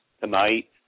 tonight